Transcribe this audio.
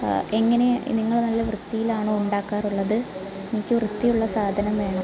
എങ്ങനെ നിങ്ങൾ നല്ല വൃത്തിയിലാണോ ഉണ്ടാക്കാറുള്ളത് എനിക്ക് വൃത്തിയുളള സാധനം വേണം